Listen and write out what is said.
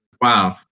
Wow